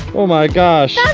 oh my gosh! ah